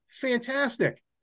fantastic